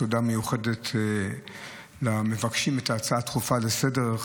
תודה מיוחדת למבקשים את ההצעה הדחופה לסדר-היום,